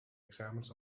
examens